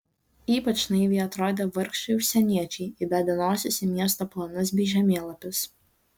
ypač naiviai atrodė vargšai užsieniečiai įbedę nosis į miesto planus bei žemėlapius